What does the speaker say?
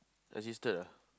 resisted